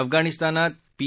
अफगाणिस्तानात पी